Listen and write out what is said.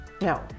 no